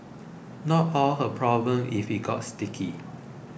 not all her problem if it got sticky